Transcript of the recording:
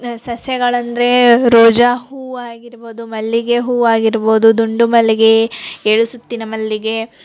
ಸಸ್ಯಗಳಂದರೆ ರೋಜಾ ಹೂವು ಆಗಿರ್ಬೋದು ಮಲ್ಲಿಗೆ ಹೂವು ಆಗಿರ್ಬೋದು ದುಂಡುಮಲ್ಲಿಗೆ ಏಳು ಸುತ್ತಿನ ಮಲ್ಲಿಗೆ